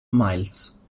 miles